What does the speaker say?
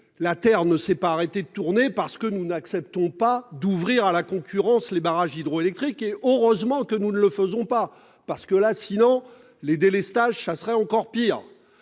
La terre ne s'est pas arrêté de tourner parce que nous n'acceptons pas d'ouvrir à la concurrence les barrages hydroélectriques et heureusement que nous ne le faisons pas parce que là sinon les délestages ça serait encore pire.